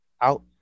out